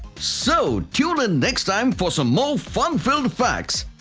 so tune in next time for some more fun filled facts.